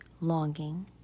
longing